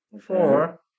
Four